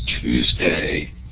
Tuesday